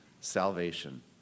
salvation